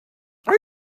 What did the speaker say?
are